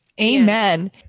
amen